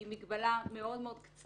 היא מגבלה מאוד מאוד קצרה.